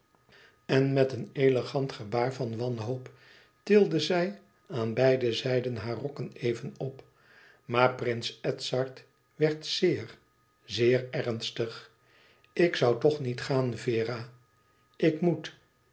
en met een elegant gebaar van wanhoop tilde zij aan beide zijden haar rokken even op maar prins edzard werd zeer zeer ernstig ik zoû toch niet gaan vera ik moet